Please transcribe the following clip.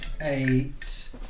eight